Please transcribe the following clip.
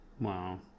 Wow